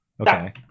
Okay